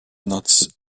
nuts